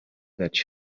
that